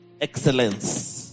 Excellence